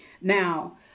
Now